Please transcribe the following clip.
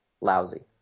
lousy